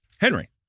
Henry